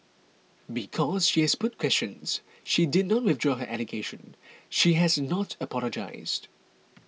because she has put questions she did not withdraw her allegation she has not apologised